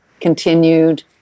continued